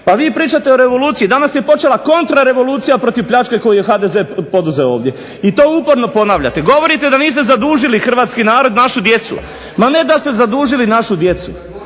Pa vi pričate o revoluciji, danas je počela kontrarevolucija protiv pljačke koju je HDZ poduzeo ovdje i to uporno ponavljate. Govorite da niste zadužili hrvatski narod, našu djecu. Ma ne da ste zadužili našu djecu